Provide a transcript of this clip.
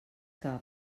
que